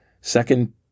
Second